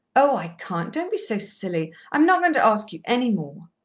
oh, i can't don't be so silly. i am not going to ask you any more.